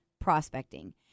prospecting